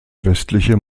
westliche